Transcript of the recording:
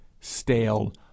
stale